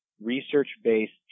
research-based